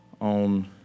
on